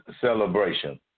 Celebration